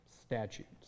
statutes